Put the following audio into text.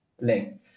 length